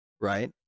right